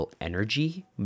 energy